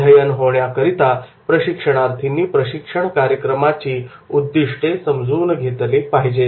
अध्ययन होण्याकरिता प्रशिक्षणार्थींनी प्रशिक्षण कार्यक्रमाची उद्दिष्टे समजून घेतली पाहिजे